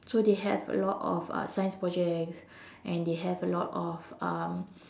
so they have a lot of uh science projects and they have a lot of um